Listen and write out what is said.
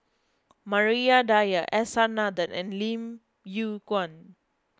Maria Dyer S R Nathan and Lim Yew Kuan